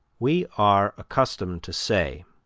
we are accustomed to say,